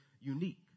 unique